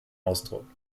ausdruck